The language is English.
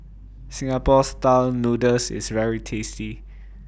Singapore Style Noodles IS very tasty